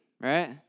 right